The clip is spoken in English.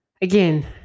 Again